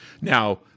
Now